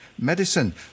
Medicine